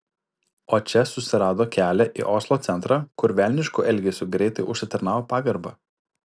o čia susirado kelią į oslo centrą kur velnišku elgesiu greitai užsitarnavo pagarbą